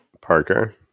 Parker